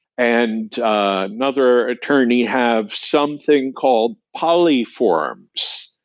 and another attorney have something called polyforms,